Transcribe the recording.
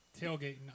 tailgating